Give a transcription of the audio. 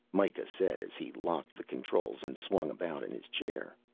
mikah said as he locked the controls and swung about in his chair.